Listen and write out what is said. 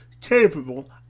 capable